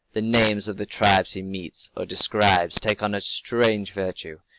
the names of the tribes he meets or describes take on a strange virtue,